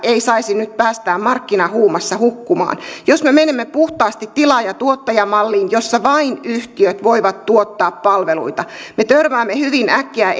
ei saisi nyt päästää markkinahuumassa hukkumaan jos me menemme puhtaasti tilaaja tuottaja malliin jossa vain yhtiöt voivat tuottaa palveluita me törmäämme hyvin äkkiä